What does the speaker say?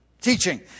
teaching